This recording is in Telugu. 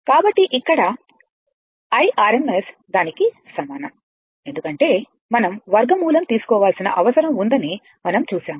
కాబట్టి ఇక్కడ IRMS దానికి సమానం ఎందుకంటే మనం వర్గ మూలం తీసుకోవాల్సిన అవసరం ఉందని మనం చూశాము